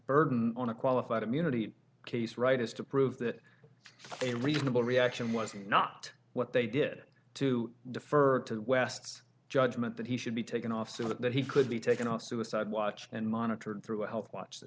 burden on a qualified immunity case right is to prove that a reasonable reaction was not what they did to defer to west's judgment that he should be taken off so that he could be taken on suicide watch and monitored throughout the watch